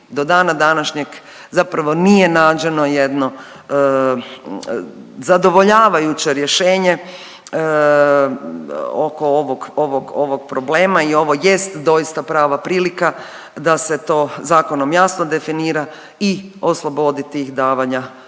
do dana današnjeg zapravo nije nađeno jedno zadovoljavajuće rješenje oko ovog problema i ovo jest doista prava prilika da se to zakonom jasno definira i oslobodi tih davanja na